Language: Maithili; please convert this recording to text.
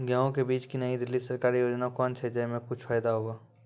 गेहूँ के बीज की नई दिल्ली सरकारी योजना कोन छ जय मां कुछ फायदा हुआ?